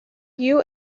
you